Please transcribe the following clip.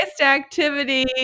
activity